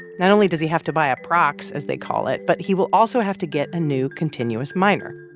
not only does he have to buy a prox, as they call it, but he will also have to get a new continuous miner.